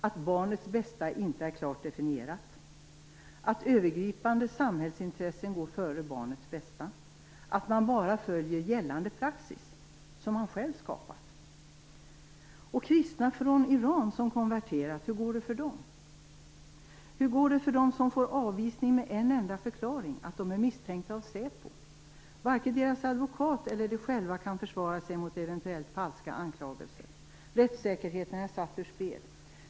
", att "barnets bästa" inte är klart definierat, att övergripande samhällsintressen går före barnets bästa, att man bara följer gällande praxis - som man själv har skapat. Hur går det för kristna från Iran som har konverterat? Hur går det för dem som avvisas med en enda förklaring: att de är misstänkta av säpo? Varken deras advokat eller de själva kan försvara sig mot eventuellt falska anklagelser. Rättssäkerheten är satt ur spel.